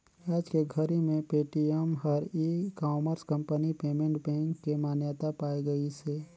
आयज के घरी मे पेटीएम हर e commerce company payment bank के मान्यता पाए गइसे